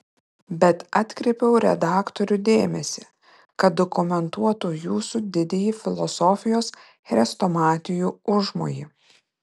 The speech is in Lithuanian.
bet atkreipiau redaktorių dėmesį kad dokumentuotų jūsų didįjį filosofijos chrestomatijų užmojį